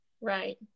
right